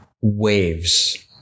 waves